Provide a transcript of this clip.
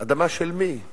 אדמה של מי?